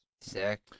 Sick